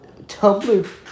Tumblr-